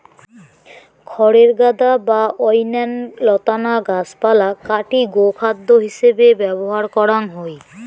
খড়ের গাদা বা অইন্যান্য লতানা গাছপালা কাটি গোখাদ্য হিছেবে ব্যবহার করাং হই